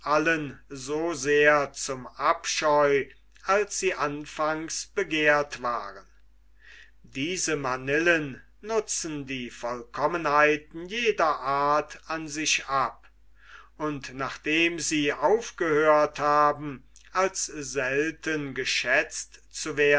so sehr zum abscheu als sie anfangs begehrt waren diese manillen nutzen die vollkommenheiten jeder art an sich ab und nachdem sie aufgehört haben als selten geschätzt